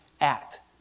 act